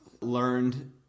learned